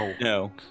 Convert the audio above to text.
no